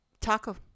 taco